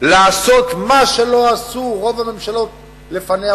לעשות מה שלא עשו רוב הממשלות לפניה,